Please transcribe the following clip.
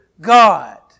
God